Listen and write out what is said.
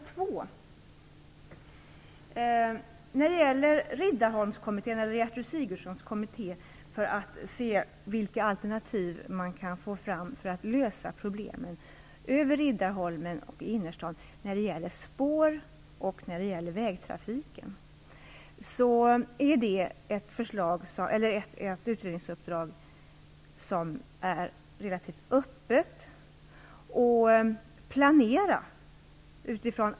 Så till den andra frågan om Riddarholmskommittén eller Gertrud Sigurdsens kommitté, som skall studera vilka alternativ man kan få fram för att lösa problemen på Riddarholmen och i innerstaden när det gäller spår och vägtrafik. Det är ett utredningsuppdrag som är relativt öppet.